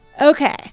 Okay